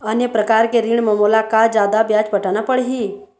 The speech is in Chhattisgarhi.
अन्य प्रकार के ऋण म मोला का जादा ब्याज पटाना पड़ही?